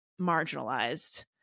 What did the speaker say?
marginalized